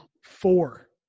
four